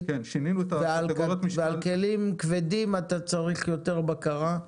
ועל כלים כבדים אתה צריך יותר בקרה,